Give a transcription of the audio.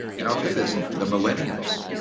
and i'll tell you this, the millenniums.